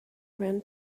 went